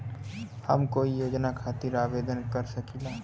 हम कोई योजना खातिर आवेदन कर सकीला?